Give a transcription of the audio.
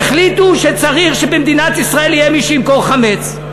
החליטו שצריך שבמדינת ישראל יהיה מי שימכור חמץ.